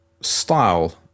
style